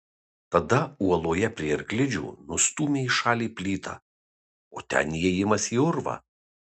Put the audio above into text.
tada uoloje prie arklidžių nustūmė į šalį plytą o ten įėjimas į urvą